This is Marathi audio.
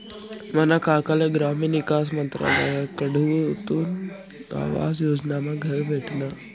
मना काकाले ग्रामीण ईकास मंत्रालयकडथून आवास योजनामा घर भेटनं